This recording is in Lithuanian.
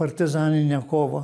partizaninę kovą